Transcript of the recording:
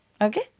Okay